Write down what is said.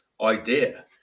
idea